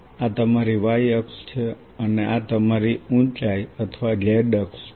આ તમારી y અક્ષ છે અને આ તમારી ઉંચાઈ અથવા z અક્ષ છે